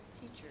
Teacher